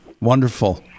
Wonderful